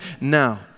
Now